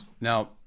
now